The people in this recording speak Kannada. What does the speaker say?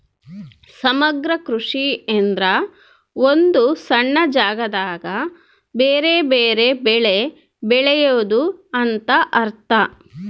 ಸಮಗ್ರ ಕೃಷಿ ಎಂದ್ರ ಒಂದು ಸಣ್ಣ ಜಾಗದಾಗ ಬೆರೆ ಬೆರೆ ಬೆಳೆ ಬೆಳೆದು ಅಂತ ಅರ್ಥ